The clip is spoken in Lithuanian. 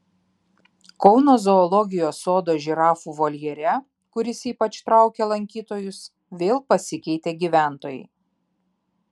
kauno zoologijos sodo žirafų voljere kuris ypač traukia lankytojus vėl pasikeitė gyventojai